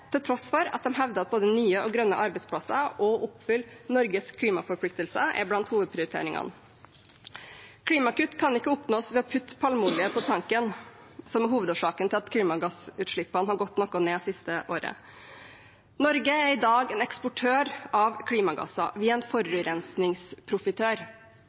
til tross for at de hevder at både nye og grønne arbeidsplasser og å oppfylle Norges klimaforpliktelser er blant hovedprioriteringene. Klimakutt kan ikke oppnås ved å putte palmeolje på tanken, som er hovedårsaken til at klimagassutslippene har gått noe ned det siste året. Norge er i dag en eksportør av klimagasser – vi er en